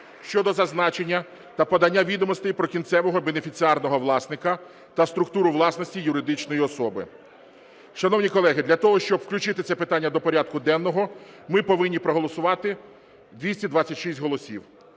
щодо зазначення та подання відомостей про кінцевого бенефіціарного власника та структуру власності юридичної особи. Шановні колеги, для того, щоб включити це питання до порядку денного, ми повинні проголосувати 226 голосів.